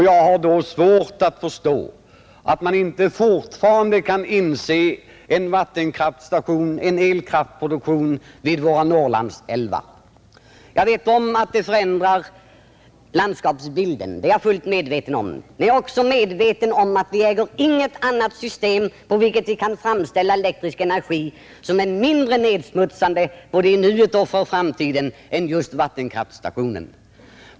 Jag har då svårt att förstå att man fortfarande inte kan inse att vi behöver ytterligare elkraftproduktion vid våra Norrlandsälvar. Att det ändrar landskapsbilden är jag fullt medveten om. Men jag är också medveten om att vi för framställning av elektrisk energi inte äger något system som är mindre nedsmutsande både i nuet och för framtiden än just vattenkraftstationen.